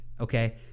okay